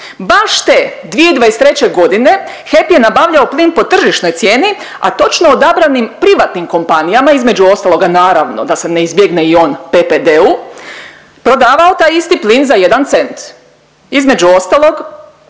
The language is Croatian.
Baš te 2023.g. HEP je nabavljao plin po tržišnoj cijeni, a točno odabranim privatnim kompanijama između ostaloga naravno da se ne izbjegne i on, PPD-u prodavao taj isti plin za jedan cent. Između ostalog